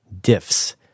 diffs